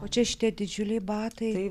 o čia šitie didžiuliai batai